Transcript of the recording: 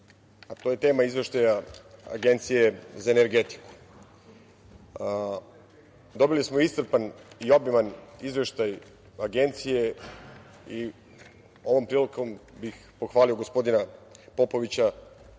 to je tema Izveštaj Agencije za energetiku. Dobili smo iscrpan i obiman Izveštaj Agencije i ovom prilikom bih pohvalio gospodina Popovića